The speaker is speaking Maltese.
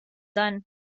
dan